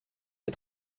les